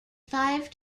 five